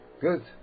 Good